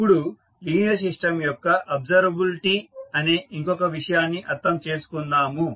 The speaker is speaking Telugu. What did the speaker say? ఇప్పుడు లీనియర్ సిస్టమ్ యొక్క అబ్సర్వబిలిటీ అనే ఇంకొక విషయాన్ని అర్థం చేసుకుందాము